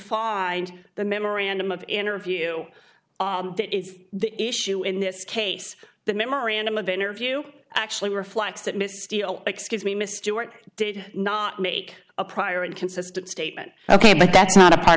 find the memorandum of interview that is the issue in this case the memorandum of interview actually reflects that miss steele excuse me mr work did not make a prior inconsistent statement ok but that's not a part